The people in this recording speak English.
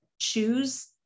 choose